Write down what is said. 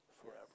forever